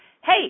Hey